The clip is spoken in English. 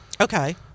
Okay